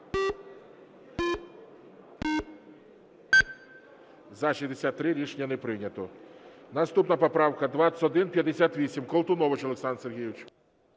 За-63 Рішення не прийнято. Наступна поправка 2158. Колтунович Олександр Сергійович.